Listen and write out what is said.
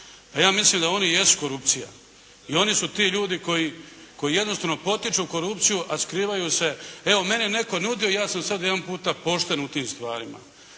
ja mislim da oni jesu korupcija i oni su ti ljudi koji jednostavno potiču korupciju, a skrivaju se evo mene je netko nudio, ja sam sad jedanputa pošten u tim stvarima.